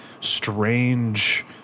strange